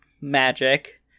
magic